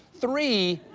three,